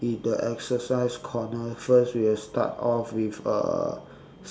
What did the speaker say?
in the exercise corner first we will start off with uh